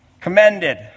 Commended